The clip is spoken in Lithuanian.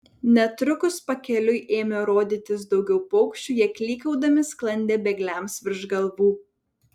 netrukus pakeliui ėmė rodytis daugiau paukščių jie klykaudami sklandė bėgliams virš galvų